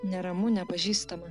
neramu nepažįstama